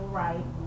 right